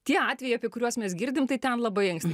tie atvejai apie kuriuos mes girdim tai ten labai anksti